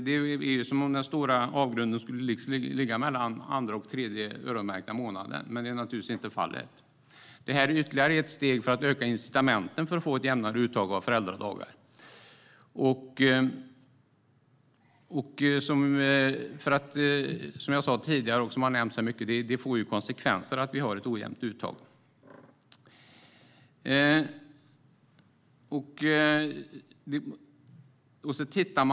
Det är som om det skulle ligga en stor avgrund mellan den andra och den tredje öronmärkta månaden, men så är naturligtvis inte fallet. Detta är ytterligare ett steg för att öka incitamenten för att få ett jämnare uttag av föräldradagar. Som jag sa tidigare får det konsekvenser att vi har ett ojämnt uttag.